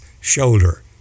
shoulder